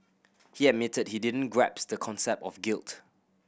he admitted he didn't the concept of guilt